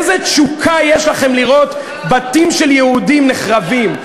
איזו תשוקה יש לכם לראות בתים של יהודים נחרבים.